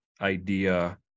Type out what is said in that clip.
idea